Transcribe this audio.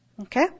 okay